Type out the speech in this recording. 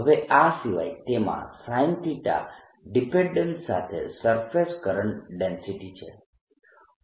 હવે આ સિવાય તેમાં sin ડિપેન્ડેન્સ સાથે સરફેસ કરંટ ડેન્સિટી છે